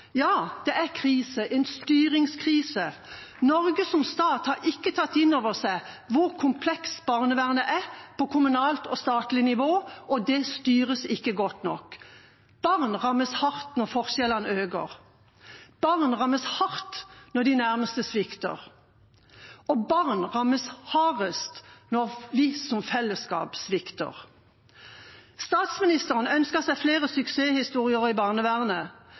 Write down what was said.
Ja, det er krise, en styringskrise. Norge som stat har ikke tatt inn over seg hvor komplekst barnevernet er på kommunalt og statlig nivå, og det styres ikke godt nok. Barn rammes hardt når forskjellene øker, barn rammes hardt når de nærmeste svikter, og barn rammes hardest når vi som fellesskap svikter. Statsministeren ønsker seg flere suksesshistorier i barnevernet,